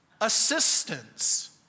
assistance